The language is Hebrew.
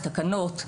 בתקנות,